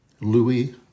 Louis